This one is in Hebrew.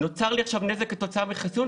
נוצר לי כעת נזק כתוצאה מהחיסון,